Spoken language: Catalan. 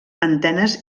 antenes